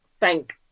thank